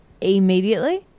immediately